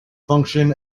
function